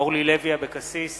אורלי לוי אבקסיס,